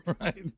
Right